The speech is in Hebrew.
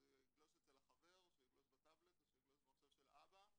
אז הוא יגלוש אצל החבר או שהוא יגלוש בטבלט או שהוא יגלוש במחשב של אבא.